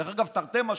דרך אגב, תרתי משמע.